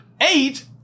eight